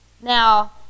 now